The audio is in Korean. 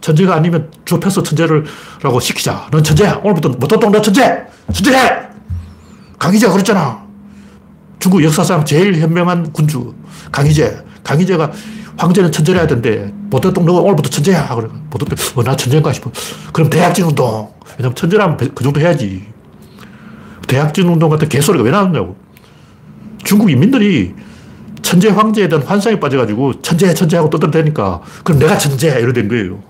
천재가 아니면 좁혀서 천재를라고 시키자. 넌 천재야. 오늘부터 모택동 너 천재! 천재! 강희제가 그랬잖아. 중국 역사상 제일 현명한 군주, 강희제. 강희제가 황제는 천재를 해야 된대. 모택동 너 오늘부터 천재야. 그래 모택동, 어, 나 천재인가 싶어. 그럼 대약진 운동. 왜냐면 천재라면 그 정도 해야지. 대약진 운동 같은 개소리가 왜 나왔냐고. 중국 인민들이 천재 황제에 대한 환상에 빠져가지고 천재, 천재하고 떠들어대니까 그럼 내가 천재야. 이래 된 거예요.